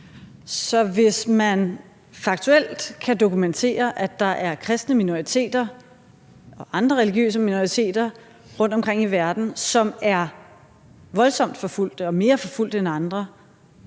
Så hvis man faktuelt kan dokumentere, at der er kristne minoriteter og andre religiøse minoriteter rundtomkring i verden, som er voldsomt forfulgte og mere forfulgte end andre,